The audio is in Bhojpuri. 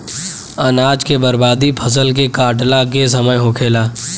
अनाज के बर्बादी फसल के काटला के समय होखेला